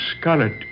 scarlet